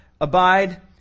abide